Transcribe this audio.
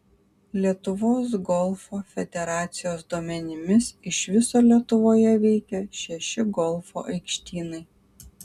lietuvos golfo federacijos duomenimis iš viso lietuvoje veikia šeši golfo aikštynai